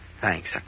Thanks